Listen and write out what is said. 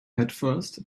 headfirst